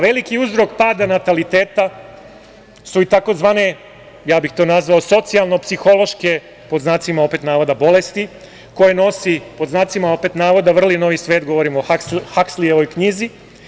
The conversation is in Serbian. Veliki uzrok pada nataliteta su i tzv. ja bih to nazvao socijalno-psihološke, pod znacima navoda, bolesti, koje nosi, pod znacima navoda, vrli novi svet, govorim o Hakslijevo knjizi.